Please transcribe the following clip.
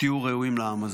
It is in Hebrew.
תהיו ראויים לעם הזה.